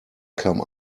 come